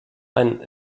ein